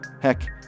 Heck